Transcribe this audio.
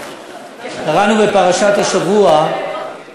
קראנו בפרשת השבוע שמשה רבנו יורד עם לוחות הברית,